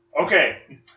Okay